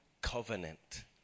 covenant